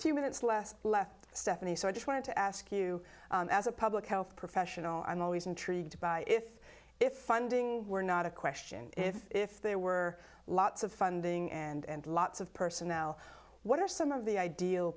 few minutes less left stephanie so i just wanted to ask you as a public health professional i'm always intrigued by if if funding were not a question if there were lots of funding and lots of personnel what are some of the ideal